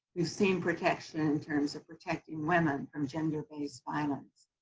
you've seen protection in terms of protecting women from gender based violence.